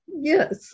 Yes